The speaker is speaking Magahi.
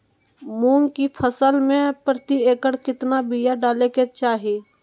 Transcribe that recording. मूंग की फसल में प्रति एकड़ कितना बिया डाले के चाही?